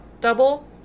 double